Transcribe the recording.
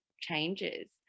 changes